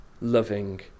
loving